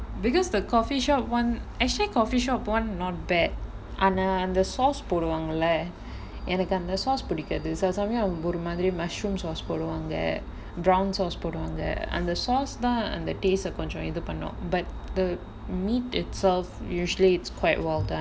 because the coffee shop [one] actually coffee shop [one] not bad ஆனா அந்த:aanaa antha sauce போடுவாங்கள்ள எனக்கு அந்த:poduvaangalla enakku antha sauce புடிக்காது சில சமயம் ஒரு:maathiri pudikkaathu sila samayam oru maathiri mushroom sauce போடுவாங்க:poduvaanga brown sauce போடுவாங்க அந்த:poduvaanga antha sauce தான் அந்த:thaan antha taste ah கொஞ்சம் இது பண்ணும்:konjam ithu pannum but the meat itself usally it's quiet well done